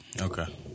okay